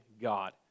God